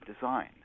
Design